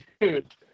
Dude